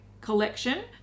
Collection